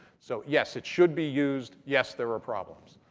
so, yes, it should be used. yes, there are problems.